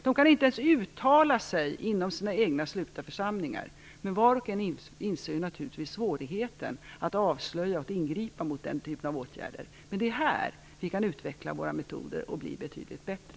De kan inte ens uttala sig inom sina egna slutna församlingar. Men var och en inser naturligtvis svårigheten att avslöja och ingripa mot den typen av aktiviteter. Men det är här vi kan utveckla våra metoder och bli betydligt bättre.